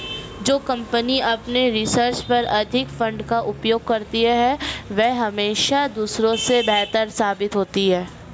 जो कंपनी अपने रिसर्च पर अधिक फंड का उपयोग करती है वह हमेशा दूसरों से बेहतर साबित होती है